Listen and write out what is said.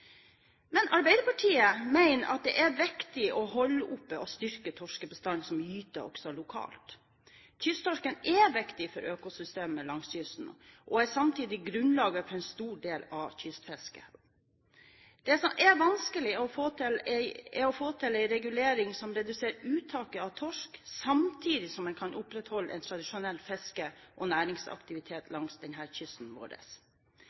Arbeiderpartiet mener at det er viktig å holde oppe og styrke torskebestanden som gyter lokalt. Kysttorsken er viktig for økosystemet langs kysten, og er samtidig grunnlaget for en stor del av kystfisket. Det som er det vanskelige, er å få til en regulering som reduserer uttaket av torsk, samtidig som en kan opprettholde et tradisjonelt fiske og næringsaktivitet langs kysten vår.